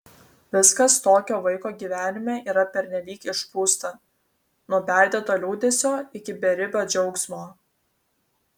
viskas tokio vaiko gyvenime yra pernelyg išpūsta nuo perdėto liūdesio iki beribio džiaugsmo